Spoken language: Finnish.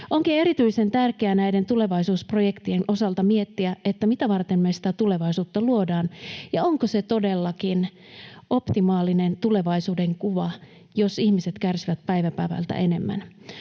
Onkin erityisen tärkeää näiden tulevaisuusprojektien osalta miettiä, mitä varten me sitä tulevaisuutta luodaan, ja onko se todellakin optimaalinen tulevaisuudenkuva, jos ihmiset kärsivät päivä päivältä enemmän.